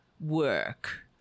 work